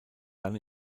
dann